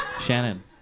Shannon